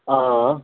आं हां